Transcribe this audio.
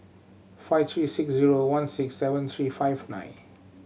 five three six zero one six seven three five nine